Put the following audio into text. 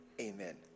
Amen